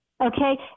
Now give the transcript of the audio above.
okay